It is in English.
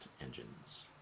engines